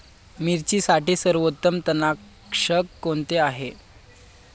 मिरचीसाठी सर्वोत्तम तणनाशक कोणते आहे?